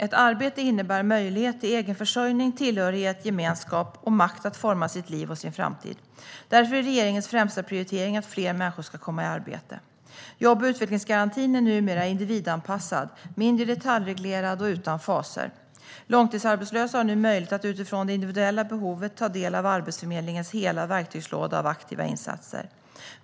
Ett arbete innebär möjlighet till egenförsörjning, tillhörighet, gemenskap och makt att forma sitt liv och sin framtid. Därför är regeringens främsta prioritering att fler människor ska komma i arbete. Jobb och utvecklingsgarantin är numera individanpassad, mindre detaljreglerad och utan faser. Långtidsarbetslösa har nu möjlighet att utifrån det individuella behovet ta del av Arbetsförmedlingens hela verktygslåda av aktiva insatser.